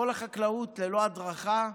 כל החקלאות ללא הדרכה,